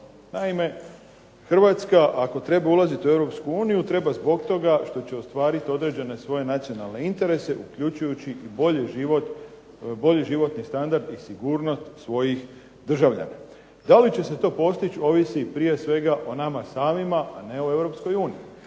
Naime, Hrvatska ako treba ulaziti u Europsku uniju treba zbog toga što će ostvariti određene svoje nacionalne interese uključujući i bolji životni standard i sigurnost svojih državljana. Da li će se to postići ovisi prije svega o nama samima, a ne o